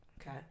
Okay